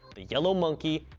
the yellow monkey,